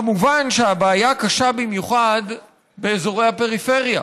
כמובן שהבעיה קשה במיוחד באזורי הפריפריה.